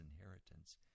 inheritance